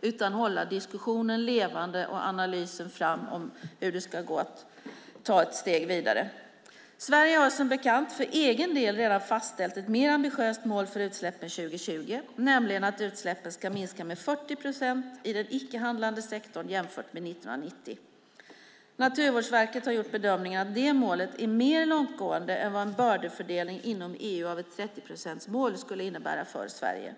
Jag vill att man håller diskussionen och analysen levande om hur det ska gå att ta ett steg vidare. Sverige har, som bekant, för egen del redan fastställt ett mer ambitiöst mål för utsläppen 2020, nämligen att utsläppen ska minska med 40 procent i den icke handlande sektorn jämfört med 1990. Naturvårdsverket har gjort bedömningen att det målet är mer långtgående än vad en bördefördelning inom EU av ett 30-procentsmål skulle innebära för Sverige.